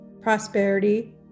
prosperity